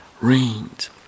rained